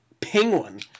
penguin